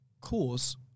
cause